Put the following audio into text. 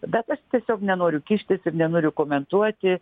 bet aš tiesiog nenoriu kištis ir nenoriu komentuoti